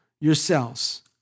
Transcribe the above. yourselves